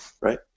right